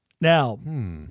Now